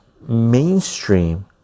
mainstream